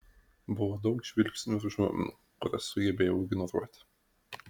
buvo daug žvilgsnių ir užuominų kurias sugebėjau ignoruoti